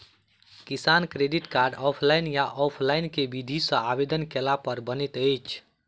किसान credit card, online या offline केँ विधि सँ आवेदन कैला पर बनैत अछि?